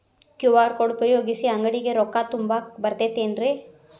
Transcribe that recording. QR code ಉಪಯೋಗಿಸಿ, ಅಂಗಡಿಗೆ ರೊಕ್ಕಾ ತುಂಬಾಕ್ ಬರತೈತೇನ್ರೇ?